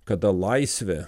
kada laisvė